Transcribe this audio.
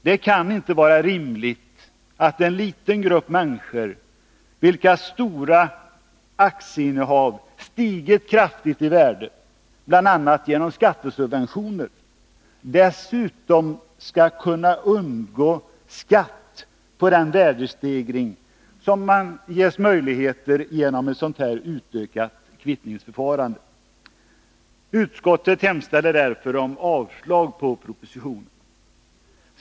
Det kan inte vara rimligt att en liten grupp människor, vilkas stora aktieinnehav stigit kraftigt i värde, bl.a. genom skattesubventioner, dessutom skall kunna undgå skatt på den värdestegring som de ges möjlighet till genom ett sådant utökat kvittningsförfarande. Utskottet hemställer därför om avslag på propositionen.